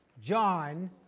John